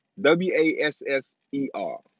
W-A-S-S-E-R